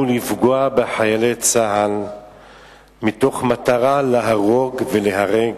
לפגוע בחיילי צה"ל מתוך מטרה להרוג ולהיהרג.